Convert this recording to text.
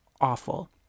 awful